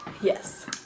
Yes